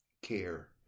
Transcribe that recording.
Care